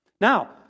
Now